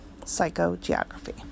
Psychogeography